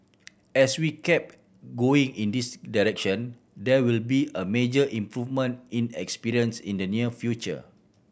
as we keep going in this direction there will be a major improvement in experience in the near future